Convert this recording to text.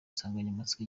nsanganyamatsiko